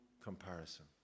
comparison